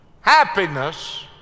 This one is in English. happiness